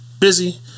busy